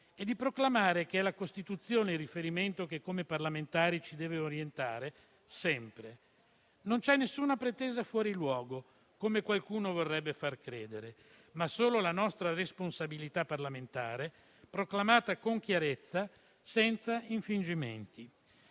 e di proclamare che è la Costituzione il riferimento che come parlamentari ci deve orientare sempre. Non c'è nessuna pretesa fuori luogo, come qualcuno vorrebbe far credere, ma solo la nostra responsabilità parlamentare proclamata con chiarezza e senza infingimenti.